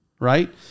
right